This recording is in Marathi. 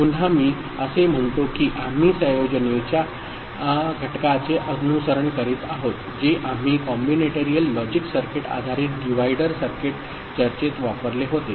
पुन्हा मी असे म्हणतो की आम्ही संयोजनेच्या घटकाचे अनुसरण करीत आहोत जे आम्ही कॉम्बिनेटरियल लॉजिक सर्किट आधारित डिवाइडर सर्किट चर्चेत वापरले होते